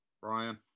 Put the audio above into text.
Brian